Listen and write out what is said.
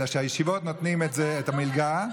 אלא שלישיבות נותנים את זה כמלגה,